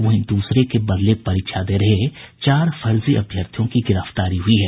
वहीं दूसरे के बदले परीक्षा दे रहे चार फर्जी अभ्यर्थियों की गिरफ्तारी हुई है